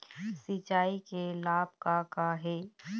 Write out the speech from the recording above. सिचाई के लाभ का का हे?